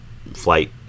flight